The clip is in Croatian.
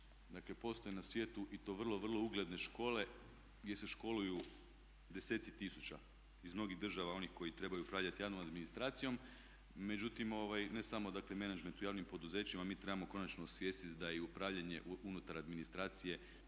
Dakle postoji na svijetu i to vrlo, vrlo ugledne škole gdje se školuju deseci tisuća iz mnogih država onih koje trebaju upravljati javnom administracijom. Međutim ne samo dakle management u javnim poduzećima, mi trebamo konačno osvijestiti da je i upravljanje unutar administracije